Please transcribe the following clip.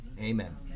Amen